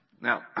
now